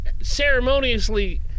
ceremoniously